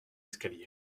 escaliers